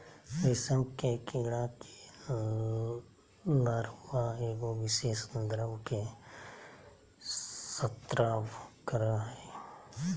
रेशम के कीड़ा के लार्वा एगो विशेष द्रव के स्त्राव करय हइ